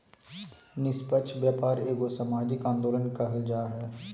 निस्पक्ष व्यापार एगो सामाजिक आंदोलन कहल जा हइ